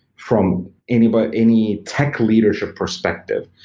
from any but any tech leadership perspective,